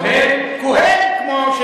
כהן, כמו,